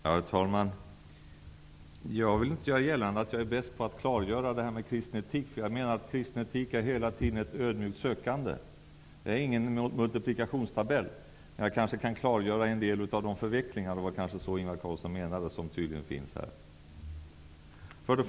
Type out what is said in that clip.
Herr talman! Jag vill inte göra gällande att jag är bäst på att klargöra det här med kristen etik. Kristen etik är ett ödmjukt sökande hela tiden, det är ingen multiplikationstabell. Jag kan kanske ändå klargöra en del av de förvecklingar som tydligen finns, och det var kanske så Ingvar Carlsson menade.